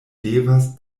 devas